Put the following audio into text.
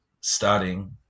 starting